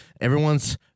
everyone's